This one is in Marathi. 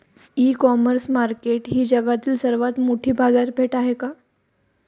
इ कॉमर्स मार्केट ही जगातील सर्वात मोठी बाजारपेठ आहे का?